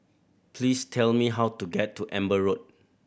please tell me how to get to Amber Road